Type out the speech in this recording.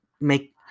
make